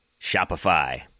Shopify